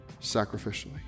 sacrificially